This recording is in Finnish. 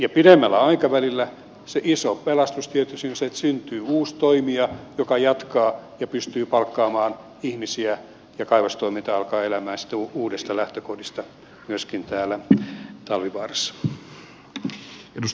ja pidemmällä aikavälillä se iso pelastus tietysti on se että syntyy uusi toimija joka jatkaa ja pystyy palkkaamaan ihmisiä ja kaivostoiminta alkaa elämään sitten uusista lähtökohdista myöskin täällä talvivaarassa